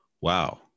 wow